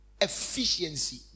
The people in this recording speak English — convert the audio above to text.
efficiency